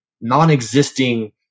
non-existing